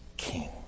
King